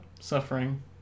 Suffering